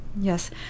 Yes